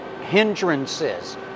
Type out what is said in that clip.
hindrances